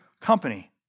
company